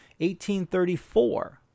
1834